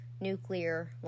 nuclear